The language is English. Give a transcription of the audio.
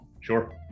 Sure